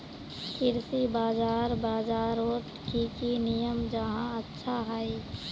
कृषि बाजार बजारोत की की नियम जाहा अच्छा हाई?